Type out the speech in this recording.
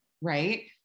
Right